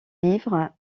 livres